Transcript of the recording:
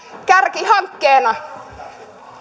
kärkihankkeena